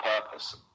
purpose